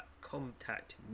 contact